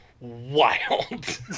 wild